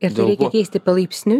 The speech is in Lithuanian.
ir tai reikia keisti palaipsniui